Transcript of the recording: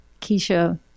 Keisha